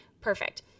Perfect